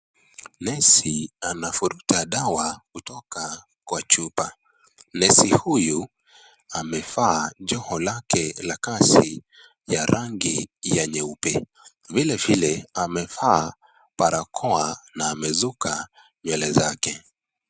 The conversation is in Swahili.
Nesi anafuruta dawa kutoka kwa chupa. Nesi huyu amevaa joho lake la kazi ya rangi ya nyeupe , vile vile amevaa barakoa na amesuka nywele zake.